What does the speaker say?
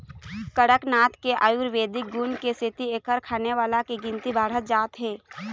कड़कनाथ के आयुरबेदिक गुन के सेती एखर खाने वाला के गिनती बाढ़त जात हे